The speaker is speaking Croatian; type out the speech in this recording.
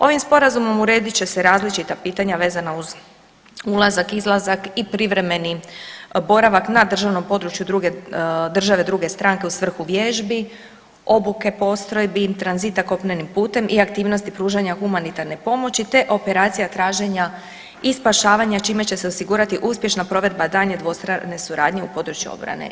Ovim sporazumom uredit će se različita pitanja vezana uz ulazak, izlazak i privremeni boravak na državnom području države druge stranke u svrhu vježbi, obuke postrojbi, tranzita kopnenim putem i aktivnosti pružanja humanitarne pomoći, te operacija traženja i spašavanja čime će se osigurati uspješna provedba daljnje dvostrane suradnje u području obrane.